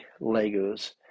Legos